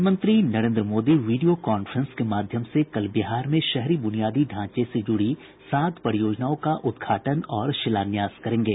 प्रधानमंत्री Narendra Modi video conferencing के माध्यम से कल बिहार में शहरी बुनियादी ढांचे से जुड़ी सात परियोजनाओं का उद्घाटन और शिलान्यास करेंगे